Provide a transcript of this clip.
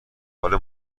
حال